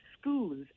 schools